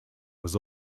was